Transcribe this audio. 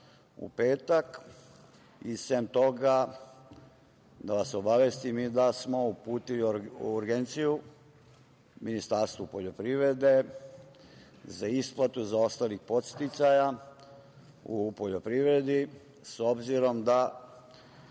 u petak. Sem toga da vas obavestim i da smo uputili urgenciju Ministarstvu poljoprivrede za isplatu zaostalih podsticaja u poljoprivredi, s obzirom da